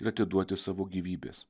ir atiduoti savo gyvybės